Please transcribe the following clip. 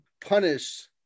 punish